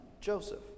Joseph